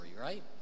right